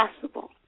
possible